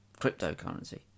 cryptocurrency